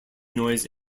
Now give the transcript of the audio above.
noise